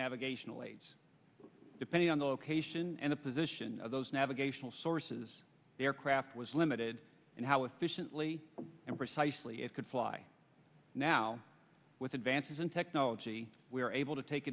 navigational aids depending on the location and the position of those navigational sources the aircraft was limited in how efficiently and precisely it could fly now with advances in technology we were able to take